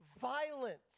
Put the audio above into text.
Violence